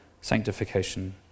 sanctification